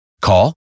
Call